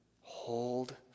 Hold